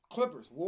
Clippers